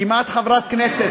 כמעט חברת כנסת,